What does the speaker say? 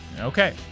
Okay